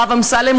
הרב אמסלם,